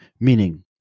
meaning